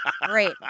great